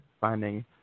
finding